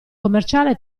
commerciale